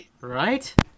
Right